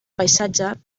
paisatge